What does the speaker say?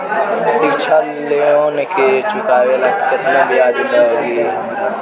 शिक्षा लोन के चुकावेला केतना ब्याज लागि हमरा?